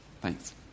Thanks